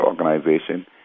organization